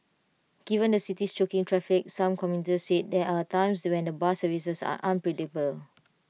given the city's choking traffic some commuters said there are times when the bus services are unpredictable